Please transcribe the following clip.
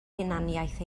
hunaniaeth